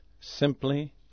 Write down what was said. simply